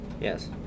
Yes